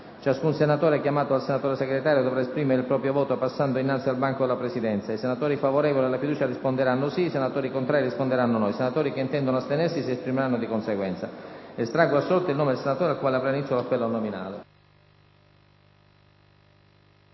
Ciascun senatore chiamato dal senatore Segretario dovrà esprimere il proprio voto passando innanzi al banco della Presidenza. I senatori favorevoli alla fiducia risponderanno sì; i senatori contrari risponderanno no; i senatori che intendono astenersi si esprimeranno di conseguenza. Hanno chiesto, e l'ho concesso, di votare per primi i senatori